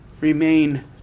Remain